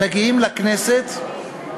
מגיעים לכנסת,